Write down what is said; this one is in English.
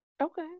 Okay